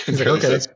okay